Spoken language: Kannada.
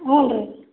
ಹ್ಞೂ ರೀ